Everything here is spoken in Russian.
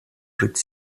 жить